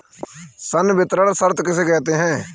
संवितरण शर्त किसे कहते हैं?